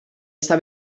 está